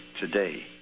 today